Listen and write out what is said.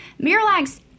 Miralax